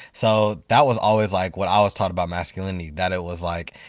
so that was always like what i was taught about masculinity that it was like,